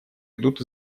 идут